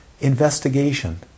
investigation